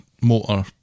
motor